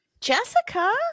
jessica